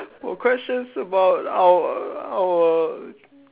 for questions about our our